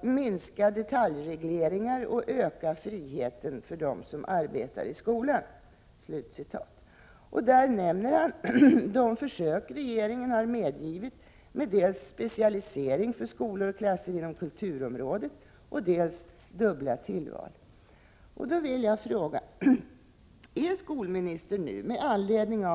”minska detaljregleringen och öka friheten för dem som arbetar i skolan”. Där nämner han de försök regeringen har medgivit beträffande dels specialisering för skolor och klasser inom kulturområdet, dels dubbla tillval.